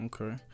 Okay